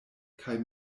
kaj